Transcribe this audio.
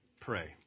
pray